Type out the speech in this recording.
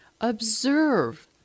Observe